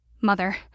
Mother